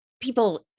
people